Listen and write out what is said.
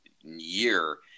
year